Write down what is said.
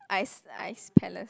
ice ice palace